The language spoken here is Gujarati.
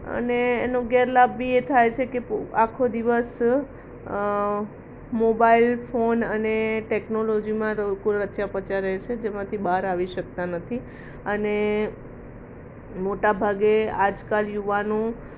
અને એનો ગેરલાભ બી એ થાય છે કે આખો દિવસ મોબાઈલ ફોન અને ટેકનોલોજીમાં લોકો રચ્યાં પચ્યાં રહે છે જેમાંથી બહાર આવી શકતાં નથી અને મોટા ભાગે આજકાલ યુવાનો